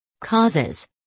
Causes